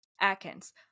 Atkins